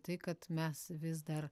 tai kad mes vis dar